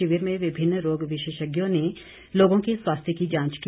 शिविर में विभिन्न रोग विशेषज्ञों ने लोगों के स्वास्थ्य की जांच की